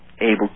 able